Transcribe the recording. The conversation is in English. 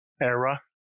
era